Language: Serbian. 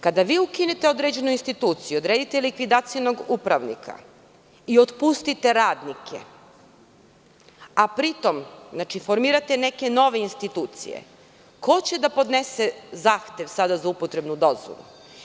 Kada vi ukinete određenu instituciju, odredite likvidacionog upravnika i otpustite radnike, a pritom formirate neke nove institucije, ko će da podnese zahtev sada za upotrebnu dozvolu?